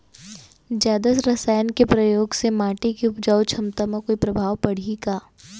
जादा रसायन के प्रयोग से माटी के उपजाऊ क्षमता म कोई प्रभाव पड़ही का?